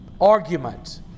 argument